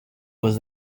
was